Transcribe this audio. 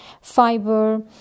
fiber